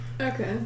Okay